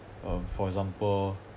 um for example